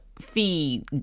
feed